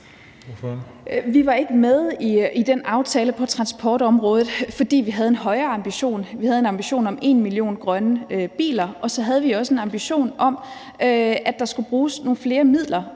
Vi var ikke med i den aftale på transportområdet, fordi vi havde en højere ambition. Vi havde en ambition om 1 million grønne biler, og vi havde også en ambition om, at der skulle bruges nogle flere midler